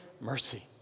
mercy